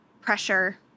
pressure